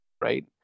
right